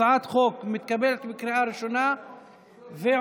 הצעת החוק מתקבלת בקריאה ראשונה ועוברת